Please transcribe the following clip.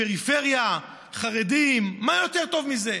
פריפריה, חרדים, מה יותר טוב מזה?